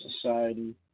society